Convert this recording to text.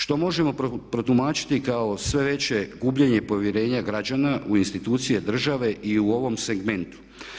Što možemo protumačiti kao sve veće gubljenje povjerenja građana u institucije države i u ovom segmentu.